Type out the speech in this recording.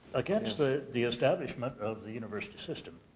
against the the establishment of the university system.